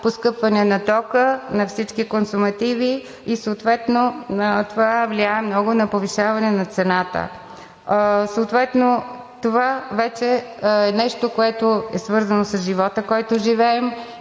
поскъпване на тока, на всички консумативи и съответно това влияе много на повишаване на цената. Съответно това вече е нещо, което е свързано с живота, който живеем.